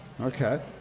Okay